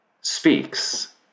speaks